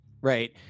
right